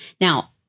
Now